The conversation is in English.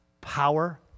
power